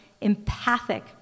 empathic